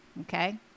Okay